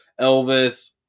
Elvis